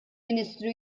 ministru